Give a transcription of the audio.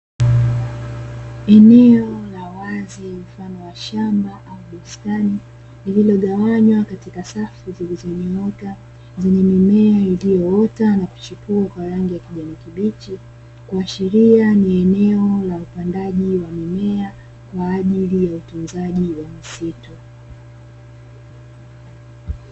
Eneo la wazi mfano wa shamba au bustani, lililogawanywa katika safu zilizonyooka zenye mimea iliyoota na kuchepua kwa rangi ya kijani kibichi. Kuashiria ni eneo la upandaji wa mimea kwa ajili ya utunzaji wa misitu.